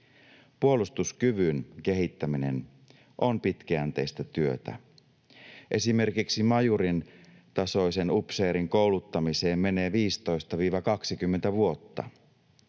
Puolustuskyvyn kehittäminen on pitkäjänteistä työtä. Esimerkiksi majurin tasoisen upseerin kouluttamiseen menee 15—20 vuotta.